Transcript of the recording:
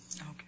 Okay